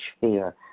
fear